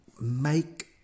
make